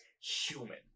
human